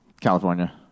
California